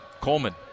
Coleman